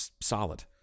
solid